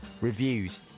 Reviews